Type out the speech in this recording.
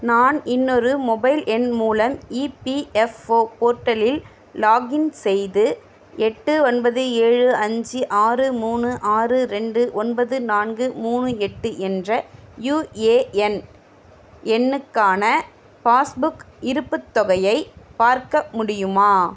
நான் இன்னொரு மொபைல் எண் மூலம் இபிஎஃப்ஓ போர்ட்டலில் லாகின் செய்து எட்டு ஒன்பது ஏழு அஞ்சு ஆறு மூணு ஆறு ரெண்டு ஒன்பது நான்கு மூணு எட்டு என்ற யூஏஎன் எண்ணுக்கான பாஸ்புக் இருப்புத் தொகையை பார்க்க முடியுமா